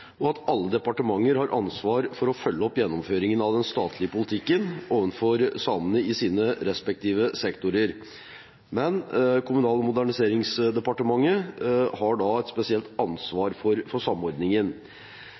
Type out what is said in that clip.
og at alle departementer har ansvar for å følge opp gjennomføringen av den statlige politikken overfor samene innenfor sine respektive sektorer, men at Kommunal- og moderniseringsdepartementet har et spesielt ansvar for samordningen.